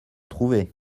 trouver